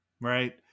right